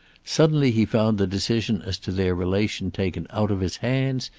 suddenly he found the decision as to their relation taken out of his hands,